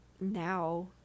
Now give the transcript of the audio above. now